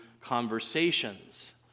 conversations